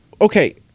okay